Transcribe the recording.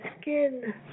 skin